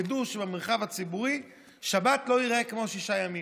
ידעו שבמרחב הציבורי שבת לא תיראה כמו שישה ימים,